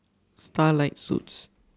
Starlight Suites